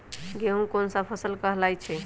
गेहूँ कोन सा फसल कहलाई छई?